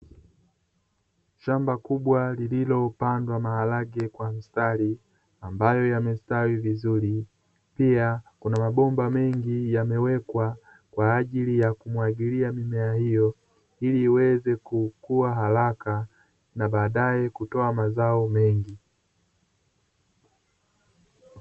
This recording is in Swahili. Shamba kubwa lililopandwa maharage kwa mstari ambayo yamestawi vizuri pia kuna mabomba mengi yamewekwa kwa ajili ya kumwagilia mimea hiyo, ili iweze kukua haraka na badaye kutoa mazao mengi.